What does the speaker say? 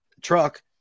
truck